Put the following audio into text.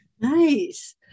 Nice